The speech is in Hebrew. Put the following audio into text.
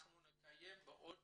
אנחנו נקיים בעוד